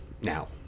Now